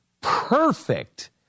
perfect